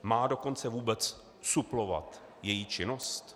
Má dokonce vůbec suplovat její činnost?